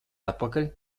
atpakaļ